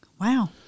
Wow